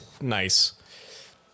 nice